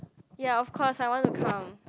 ya of course I want to come